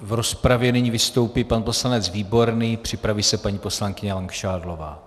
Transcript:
V rozpravě nyní vystoupí pan poslanec Výborný, připraví se paní poslankyně Langšádlová.